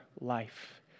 life